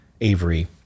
Avery